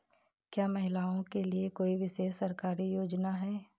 क्या महिलाओं के लिए कोई विशेष सरकारी योजना है?